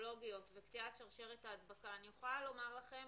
האפידמיולוגיות וקטיעת שרשרת ההדבקה - אני יכולה לומר לכם,